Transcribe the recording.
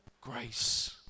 Grace